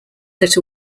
that